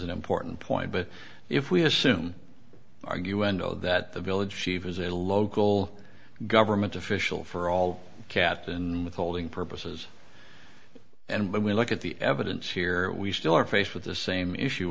an important point but if we assume argue wendel that the village she was a local government official for all cats and withholding purposes and when we look at the evidence here we still are faced with the same issue